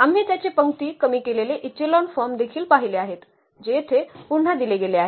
आम्ही त्याचे पंक्ती कमी केलेले इचेलॉन फॉर्म देखील पाहिले आहेत जे येथे पुन्हा दिले गेले आहेत